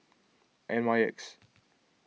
N Y X